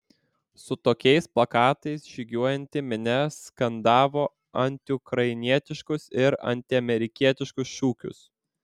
su tokiais plakatais žygiuojanti minia skandavo antiukrainietiškus ir antiamerikietiškus šūkius